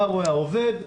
מה רואה העובד,